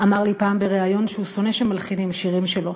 אמר לי פעם בריאיון שהוא שונא שמלחינים שירים שלו.